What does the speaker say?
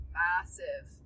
massive